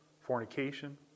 fornication